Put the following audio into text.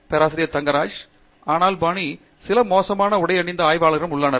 பேராசிரியர் ஆண்ட்ரூ தங்கராஜ் ஆனால் பானி சில மோசமாக உடையணிந்த ஆய்வாளர்களும் உள்ளனர்